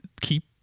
keep